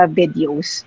videos